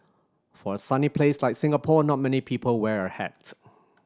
for a sunny place like Singapore not many people wear a hat